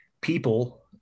people